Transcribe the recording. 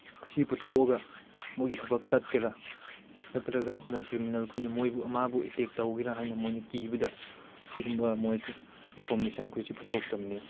ꯑꯁꯤ ꯄꯨꯊꯣꯛꯑꯒ ꯃꯣꯏꯒꯤ ꯊꯕꯛ ꯇꯠꯀꯦꯔ ꯅꯠꯇ꯭ꯔꯒ ꯃꯣꯏ ꯀ꯭ꯔꯤꯃꯤꯅꯦꯜꯈꯣꯏꯅ ꯃꯣꯏꯕꯨ ꯃꯥꯕꯨ ꯑꯦꯇꯦꯛ ꯇꯧꯒꯦꯔ ꯍꯥꯏꯅ ꯃꯣꯏꯅ ꯀꯤꯕꯗ ꯁꯤꯒꯨꯝꯕ ꯃꯣꯏ ꯏꯟꯐꯣꯔꯃꯦꯁꯟꯈꯣꯏꯁꯤ ꯄꯨꯊꯣꯛꯇꯕꯅꯤ